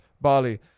Bali